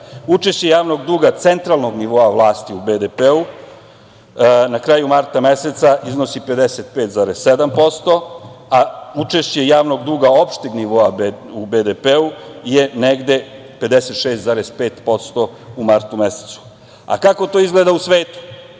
Učešće javnog duga centralnog nivoa vlasti u BDP-u na kraju marta meseca iznosi 55,7%, a učešće javnog duga opšteg nivoa u BDP-u je negde 56,5% u martu mesecu. Kako to izgleda u svetu?